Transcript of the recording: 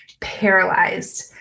paralyzed